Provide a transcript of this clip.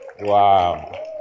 Wow